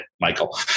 Michael